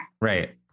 right